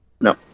No